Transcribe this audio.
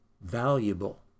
valuable